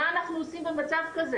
מה אנחנו עושים במצב כזה?